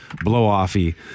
Blow-off-y